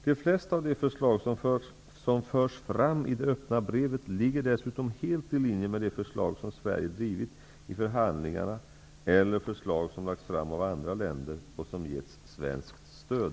De flesta av de förslag som förs fram i det öppna brevet ligger dessutom helt i linje med de förslag som Sverige drivit i förhandlingarna eller förslag som lagts fram av andra länder och som getts svenskt stöd.